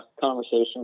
conversation